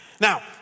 Now